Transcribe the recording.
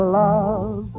love